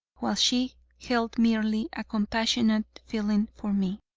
while she held merely a compassionate feeling for me.